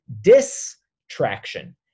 distraction